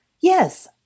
Yes